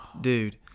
Dude